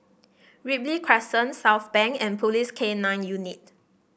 Ripley Crescent Southbank and Police K Nine Unit